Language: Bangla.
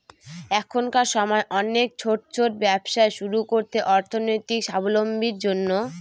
এখনকার সময় অনেকে ছোট ছোট ব্যবসা শুরু করছে অর্থনৈতিক সাবলম্বীর জন্য